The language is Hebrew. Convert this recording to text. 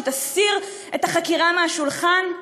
שהיא תסיר את החקירה מהשולחן?